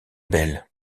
belle